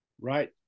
Right